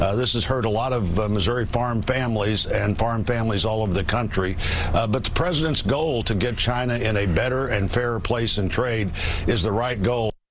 ah this is hurt a lot of missouri farm families, and farm families all over the country. but the president's goal to get china in a better and fairer place in trade is the right goal.